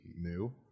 new